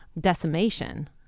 decimation